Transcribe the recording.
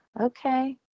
Okay